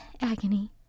agony